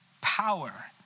power